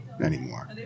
anymore